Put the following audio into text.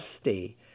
stay